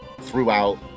throughout